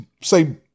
say